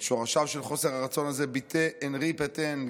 את שורשיו של חוסר הרצון הזה ביטא אנרי פטן,